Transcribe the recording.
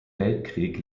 weltkrieg